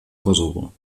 kosovo